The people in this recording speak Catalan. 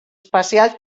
espacials